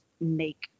make